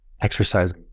exercise